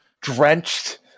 drenched